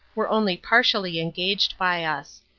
were only partially engaged by us.